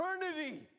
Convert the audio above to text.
eternity